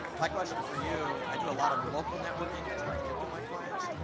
my question for you, i do a lotta local networking. that's how i get all my clients.